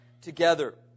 together